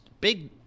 big